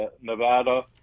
Nevada